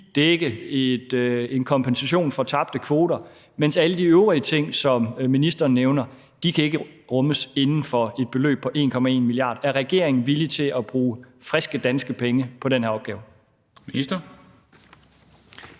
dække en kompensation for tabte kvoter, mens alle de øvrige ting, som ministeren nævner, ikke kan rummes inden for et beløb på 1,1 mia. kr.? Er regeringen villig til at bruge friske danske penge på den her opgave?